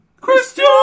Christian